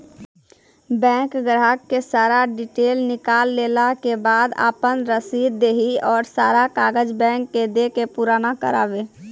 Bank ग्राहक के सारा डीटेल निकालैला के बाद आपन रसीद देहि और सारा कागज बैंक के दे के पुराना करावे?